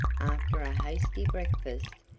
after a hasty breakfast,